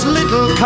little